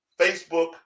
Facebook